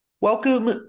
Welcome